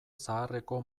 zaharreko